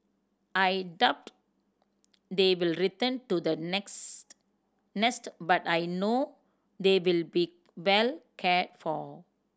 I doubt they will return to the next nest but I know they will be well cared for